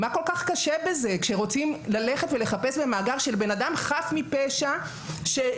מה כל כך קשה ללכת ולחפש במאגר של בן אדם חף מפשע שלפני